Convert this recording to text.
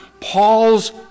Paul's